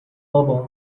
bourbon